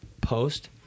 post